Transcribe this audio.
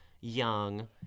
young